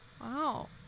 Wow